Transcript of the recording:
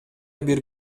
бир